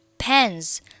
Pens